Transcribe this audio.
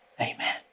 Amen